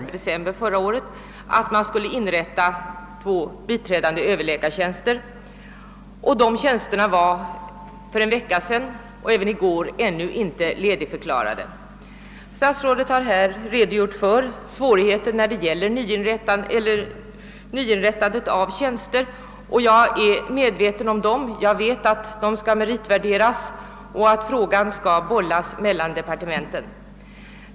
Herr talman! Jag ber att få tacka statsrådet Odhnoff för svaret, speciellt därför att det innehöll en överraskning som gladde mig och som jag är övertygad om också kommer att glädja de anställda vid de berörda ungdomsvårdsoch yrkesskolorna. Vid konselj i månadsskiftet november—december förra året bestämdes att två biträdande överläkartjänster skulle inrättas, men de tjänsterna var så sent som i går ännu inte ledigförklarade. Statsrådet har här redogjort för svårigheterna när det gäller inrättande av nya tjänster, och jag är medveten om dem. Jag vet att tjänsterna skall meritvärderas och att frågan skall bollas mellan departementen.